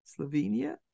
Slovenia